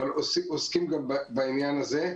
אבל עוסקים גם בעניין הזה.